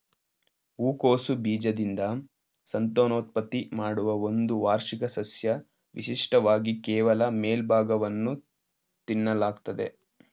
ಹೂಕೋಸು ಬೀಜದಿಂದ ಸಂತಾನೋತ್ಪತ್ತಿ ಮಾಡುವ ಒಂದು ವಾರ್ಷಿಕ ಸಸ್ಯ ವಿಶಿಷ್ಟವಾಗಿ ಕೇವಲ ಮೇಲ್ಭಾಗವನ್ನು ತಿನ್ನಲಾಗ್ತದೆ